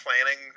planning